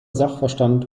sachverstand